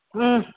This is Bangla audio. হুম